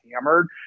hammered